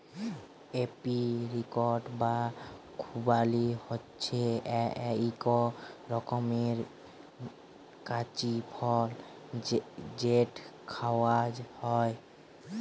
apricot বা খুবালি হছে ইক রকমের কঁচি ফল যেট খাউয়া হ্যয়